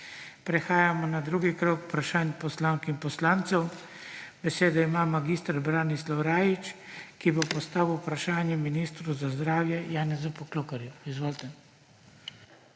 Prehajamo na drugi krog vprašanj poslank in poslancev. Besedo ima mag. Branislav Rajić, ki bo postavil vprašanje ministru za zdravje Janezu Poklukarju. Izvolite.